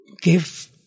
give